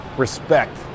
Respect